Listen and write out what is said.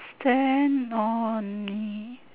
stand on me